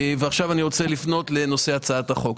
אני רוצה לפנות לנושא הצעת החוק.